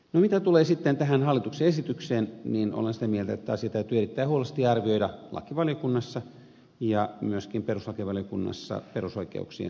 mitä tulee sitten tähän hallituksen esitykseen niin olen sitä mieltä että asia täytyy erittäin huolellisesti arvioida lakivaliokunnassa ja myöskin perustuslakivaliokunnassa perusoikeuksien kannalta